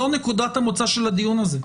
זו נקודת המוצא של הדיון הזה.